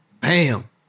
bam